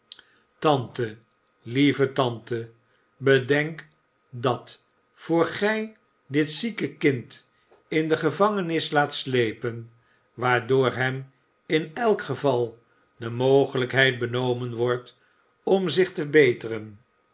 tante lieve tante bedenk dat voor gij dit zieke kind in de gevangenis laat slepen waardoor hem in elk geval de mogelijkheid benomen wordt om zich te beteren